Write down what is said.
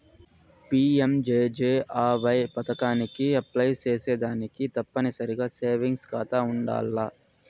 PMJJAY పదకానికి apply సేసేదానికి తప్పనిసరిగా సేవింగ్స్ కాతా ఉండాల్ల